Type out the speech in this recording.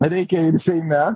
reikia ir seime